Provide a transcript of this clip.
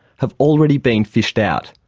have already been fished out.